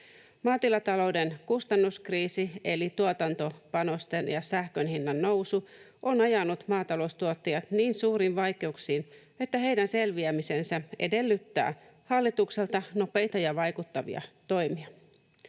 Maatilatalouden kustannuskriisi, eli tuotantopanosten ja sähkön hinnannousu, on ajanut maataloustuottajat niin suuriin vaikeuksiin, että heidän selviämisensä edellyttää hallitukselta nopeita ja vaikuttavia toimia.